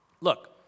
Look